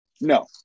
No